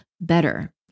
better